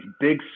big